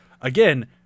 again